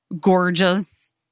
gorgeous